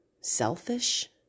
selfish